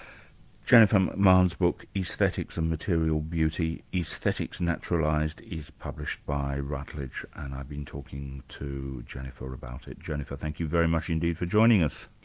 jennifer mcmahon's book aesthetics and material beauty aesthetics naturalised is published by rutledge, and i've been talking to jennifer about it. jennifer, thank you very much indeed for joining us.